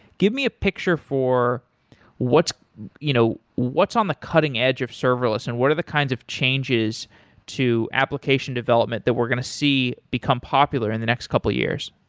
give me a picture for what's you know what's on the cutting-edge of serverless and what are the kinds of changes to application development that we're going to see become popular in the next couple years?